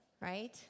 right